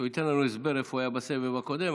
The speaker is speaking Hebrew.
שייתן לנו הסבר איפה הוא היה בסבב הקודם.